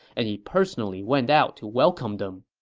and he personally went out to welcome them